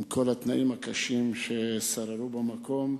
עם כל התנאים הקשים ששררו במקום.